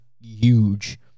huge